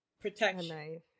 protection